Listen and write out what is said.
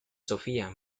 sofía